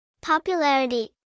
Popularity